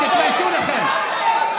תתביישו לכם.